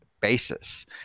basis